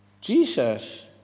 Jesus